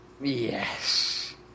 Yes